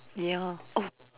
ya oh